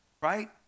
right